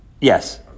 Yes